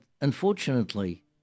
unfortunately